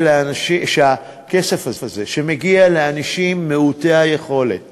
שהכסף הזה שמגיע לאנשים מעוטי היכולת בדין,